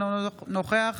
אינו נוכח